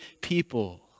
people